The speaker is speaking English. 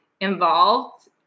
involved